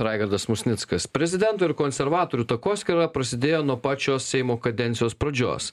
raigardas musnickas prezidento ir konservatorių takoskyra prasidėjo nuo pačio seimo kadencijos pradžios